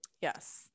Yes